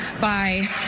Bye